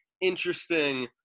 interesting